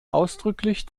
ausdrücklich